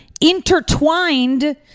intertwined